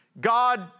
God